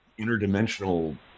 interdimensional